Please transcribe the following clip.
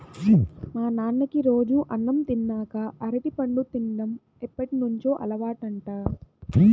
మా నాన్నకి రోజూ అన్నం తిన్నాక అరటిపండు తిన్డం ఎప్పటినుంచో అలవాటంట